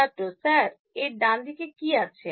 ছাত্র স্যার এর ডান দিকে কি আছে